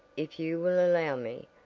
if you will allow me,